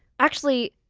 actually,